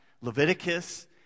Leviticus